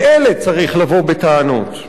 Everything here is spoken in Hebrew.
לאלה צריך לבוא בטענות,